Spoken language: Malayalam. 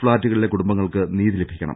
ഫ്ളാറ്റുകളിലെ കുടുംബങ്ങൾക്ക് നീതി ലഭിക്കണം